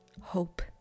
hope